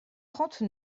trente